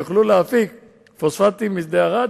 יושב-ראש,